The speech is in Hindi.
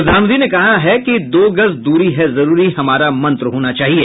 प्रधानमंत्री ने कहा कि दो गज दूरी है जरूरी हमारा मंत्र होना चाहिए